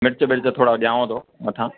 मिर्च विर्च थोरा ॾियांव थो मथां